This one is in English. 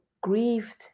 grieved